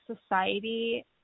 society